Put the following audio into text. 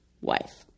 wife